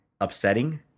upsetting